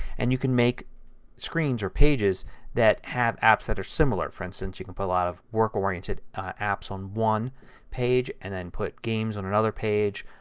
and you can make screens or pages that have apps that are similar. for instance, you can put a lot of work oriented apps on one page and then put games on another page,